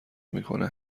میکنه